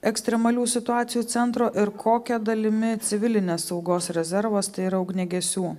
ekstremalių situacijų centro ir kokia dalimi civilinės saugos rezervas tai yra ugniagesių